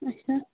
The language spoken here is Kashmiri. اَچھا